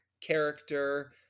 Character